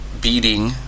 beating